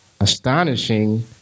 astonishing